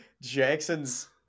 Jackson's